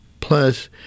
Plus